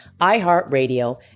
iHeartRadio